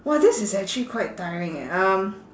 !wah! this is actually quite tiring eh um